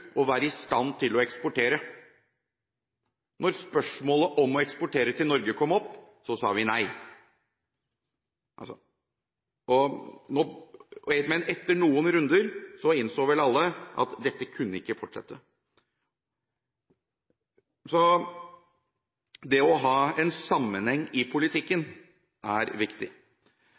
og være i stand til å eksportere. Da spørsmålet om å eksportere til Norge kom opp, sa vi nei, men etter noen runder innså vel alle at dette kunne ikke fortsette. Så det å ha en sammenheng i politikken er viktig.